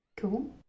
Cool